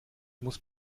muss